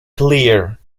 clear